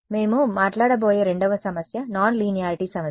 మేము మాట్లాడబోయే రెండవ సమస్య నాన్ లీనియారిటీ సమస్య